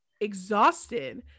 exhausted